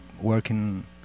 working